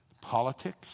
politics